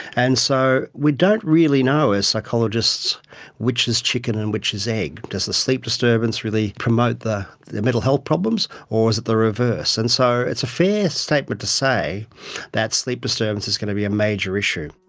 and so we don't really know as psychologists which is the chicken and which is the egg. does the sleep disturbance really promote the the mental health problems, or is it the reverse? and so it's a fair statement to say that sleep disturbance is going to be a major issue.